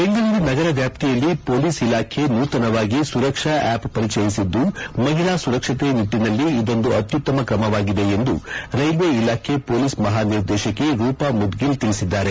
ಬೆಂಗಳೂರು ನಗರ ವ್ಯಾಪ್ತಿಯಲ್ಲಿ ಪೋಲೀಸ್ ಇಲಾಖೆ ನೂತನವಾಗಿ ಸುರಕ್ಷಾ ಆಪ್ ಪರಿಚಯಿಸಿದ್ದು ಮಹಿಳಾ ಸುರಕ್ಷತ ನಿಟ್ಟನಲ್ಲಿ ಇದೊಂದು ಅಕ್ಕುತ್ತಮ ತ್ರಮವಾಗಿದೆ ಎಂದು ರೈಲ್ವೇ ಇಲಾಖೆ ಕೋಲೀಸ್ ಮಹಾನಿರ್ದೇಶಕಿ ರೂಪಾ ಮುದ್ಗಿಲ್ ತಿಳಿಸಿದ್ದಾರೆ